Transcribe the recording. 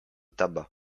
tabac